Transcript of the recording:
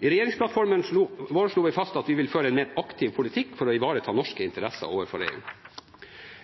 I regjeringsplattformen vår slo vi fast at vi ville føre en mer aktiv politikk for å ivareta norske interesser overfor EU.